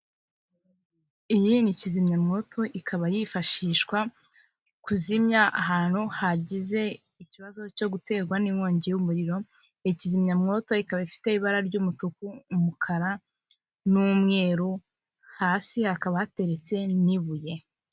Iyi ni kizimyamwoto ikaba yifashishwa mu kuzimya ahantu hagize ikibazo cyo guterwa n'inkongi y'umuriro, iyi kizimyamwoto ikaba ifite ibara ry'umutuku, umukara n'umweru hasi hakaba hateretse n'ibuye.